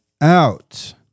out